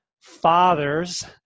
fathers